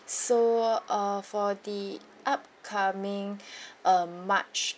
so uh for the upcoming um march